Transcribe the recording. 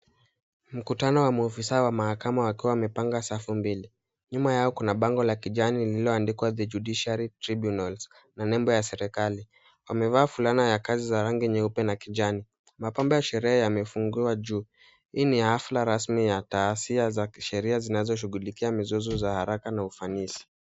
Mkutano wa maofisa wa mahakama wakiwa wamepanga safu mbili. Nyuma yao kuna bango la kijani lililoandikwa The Judiciary Tribunals, na nembo ya serikali. Wamevaa fulana ya kazi za rangi nyeupe na kijani. Mapambo ya sherehe yamefunguiwa juu. Hii ni afla rasmi ya Taasiya za Kisheria zinazoshughulikia mizozo za haraka na ufanisi.